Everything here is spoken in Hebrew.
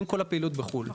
עם כל הפעילות בחו"ל,